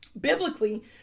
Biblically